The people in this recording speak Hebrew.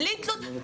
בלי תלות.